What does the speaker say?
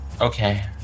Okay